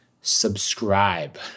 subscribe